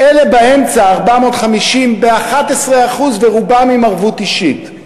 אלה באמצע, ה-450, ב-11%, ורובן עם ערבות אישית.